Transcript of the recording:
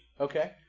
Okay